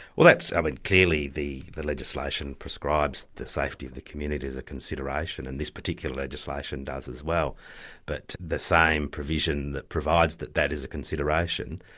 well that's and clearly the the legislation prescribes the safety of the community as a consideration, and this particular legislation does as well but the same provision that provides that that is a consideration,